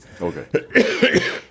Okay